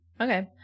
okay